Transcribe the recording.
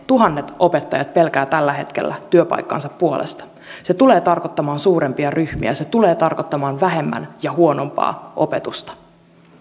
tuhannet opettajat pelkäävät tällä hetkellä työpaikkansa puolesta se tulee tarkoittamaan suurempia ryhmiä ja se tulee tarkoittamaan vähemmän ja huonompaa opetusta